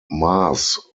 mass